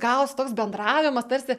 gavosi toks bendravimas tarsi